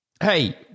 Hey